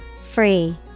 Free